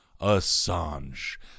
Assange